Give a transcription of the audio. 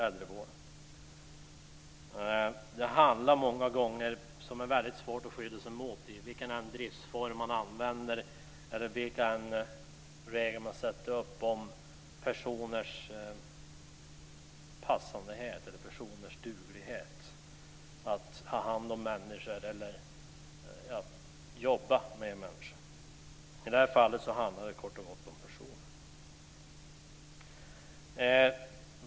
Många gånger handlar det om personers lämplighet att jobba med människor, vilket är väldigt svårt att skydda sig emot oberoende vilken driftsform man tillämpar eller vilka regler som man sätter upp. I det här fallet handlar det kort och gott om personer.